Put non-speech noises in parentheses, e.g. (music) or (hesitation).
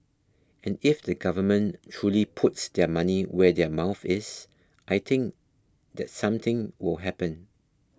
and if the government truly puts their money where their mouth is I think (hesitation) that something will happen